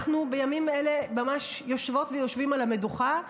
אנחנו בימים אלה ממש יושבות ויושבים על המדוכה,